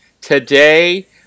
today